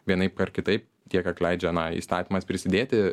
vienaip ar kitaip tiek atleidžia na įstatymas prisidėti